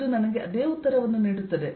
ಇದು ನನಗೆ ಅದೇ ಉತ್ತರವನ್ನು ನೀಡುತ್ತದೆ